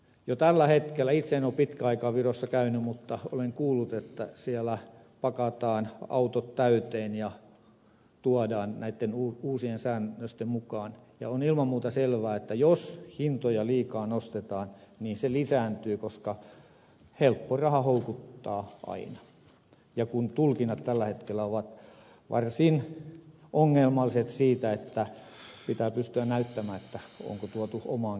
itse en ole pitkään aikaan virossa käynyt mutta olen kuullut että jo tällä hetkellä siellä pakataan autot täyteen ja tuodaan näitten uusien säännösten mukaan ja on ilman muuta selvää että jos hintoja liikaa nostetaan se lisääntyy koska helppo raha houkuttaa aina ja koska tulkinnat tällä hetkellä ovat varsin ongelmalliset siitä että pitää pystyä näyttämään onko tuotu omaan käyttöön vai ei